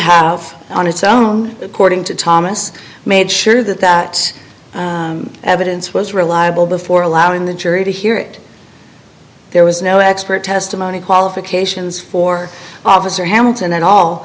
have on its own according to thomas made sure that that evidence was reliable before allowing the jury to hear it there was no expert testimony qualifications for officer hamilton at all